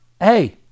hey